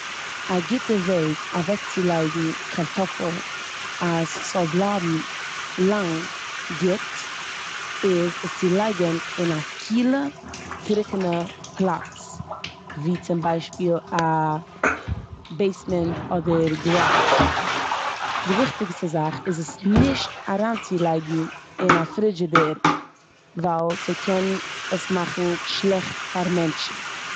א גוטע וועג אוועקצילייגן קארטאפל אז ס'זאל בלייבן לאנג גוט איז עס צו לייגן אין א קילע, טרוקענע פלאץ. ווי צום ביישפיל א בעיסמענט אדער גאראדש. די וויכטיגסטע זאך איז עס נישט אריינצילייגן אין א פרידשידער ווייל ס'קען עס מאכן שלעכט פאר מענטשן.